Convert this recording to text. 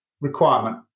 requirement